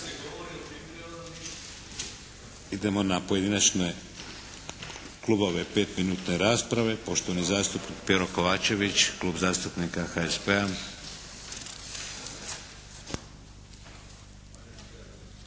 Idemo na pojedinačne klubove, petminutne rasprave. Poštovani zastupnik Pero Kovačević, Klub zastupnika HSP-a.